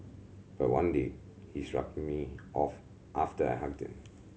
but one day he shrugged me off after I hugged him